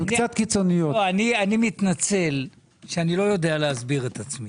אני מתנצל שאני לא יודע להסביר עצמי.